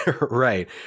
Right